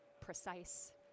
precise